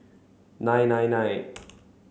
nine nine nine